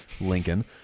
Lincoln